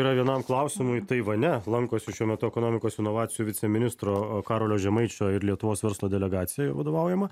yra vienam klausimui taivane lankosi šiuo metu ekonomikos inovacijų viceministro karolio žemaičio ir lietuvos verslo delegacija vadovaujama